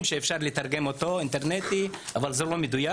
מסמכים שאפשר לתרגם אינטרנטית, אבל זה לא מדויק.